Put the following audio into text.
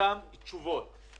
אותן תשובות.